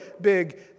big